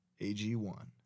AG1